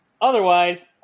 Otherwise